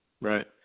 right